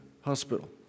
Hospital